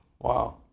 Wow